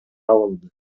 алынды